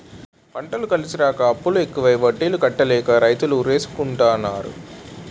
పంటలు కలిసిరాక అప్పులు ఎక్కువై వడ్డీలు కట్టలేక రైతులు ఉరేసుకుంటన్నారు